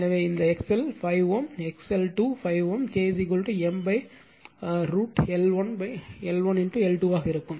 எனவே இந்த X L1 5 Ω X L2 5 Ω K M √ over L1 L2 ஆக இருக்கும்